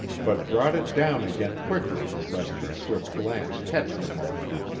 but brought it down again quickly lest her swift glance catch the motion.